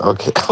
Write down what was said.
Okay